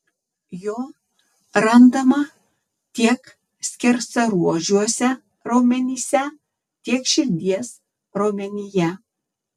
jo randama tiek skersaruožiuose raumenyse tiek širdies raumenyje